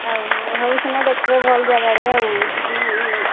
ଆଉ ହଉ ସିନା ଦେଖିବେ ଭଲ ଜାଗାଟେ ଆଉ ଯିବି ମୁଇଁ